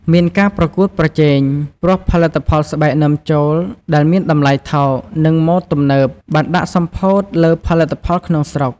មានការប្រកួតប្រជែង ព្រោះផលិតផលស្បែកនាំចូលដែលមានតម្លៃថោក និងម៉ូដទំនើបបានដាក់សម្ពាធលើផលិតផលក្នុងស្រុក។